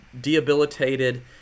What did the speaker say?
debilitated